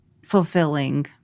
fulfilling